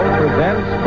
presents